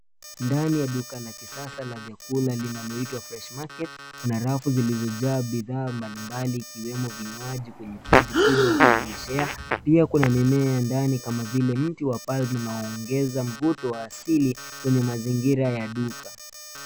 Ndani ya duka la kisasa la vyakula linaloitwa fresh market kuna rafu zilizjaa bidhaa mbalimbali ikiwemo vinywaji kwenye friji kubwa ya kuonyeshea. Pia kuna mimea ya ndani kama vile mti wa palm unaoongeza mvuto wa asili kwenye mazingira ya duka.